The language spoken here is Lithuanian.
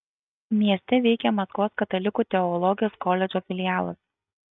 mieste veikia maskvos katalikų teologijos koledžo filialas